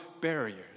barriers